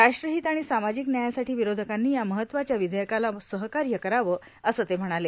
राष्ट्रहित आणि सामाजिक व्यायासाठी विरोधकांनी या महत्त्वाच्या विधेयकाला सहकार्य करावं असं ते म्हणाले